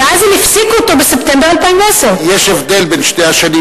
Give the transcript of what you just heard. ואז הם הפסיקו אותו בספטמבר 2010. כי יש הבדל בין שתי השנים,